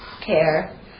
care